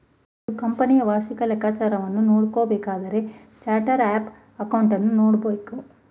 ಒಂದು ಕಂಪನಿಯ ವಾರ್ಷಿಕ ಲೆಕ್ಕಾಚಾರವನ್ನು ನೋಡಬೇಕಾದರೆ ಚಾರ್ಟ್ಸ್ ಆಫ್ ಅಕೌಂಟನ್ನು ನೋಡಬೇಕು